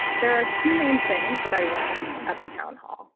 there are two main things that i learned at the town hall.